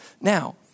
now